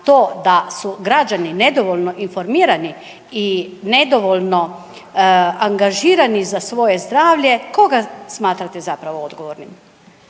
to da su građani nedovoljno informirani i nedovoljno angažirani za svoje zdravlje, koga smatrate zapravo odgovornim?